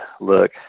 look